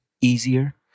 easier